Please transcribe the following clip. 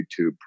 YouTube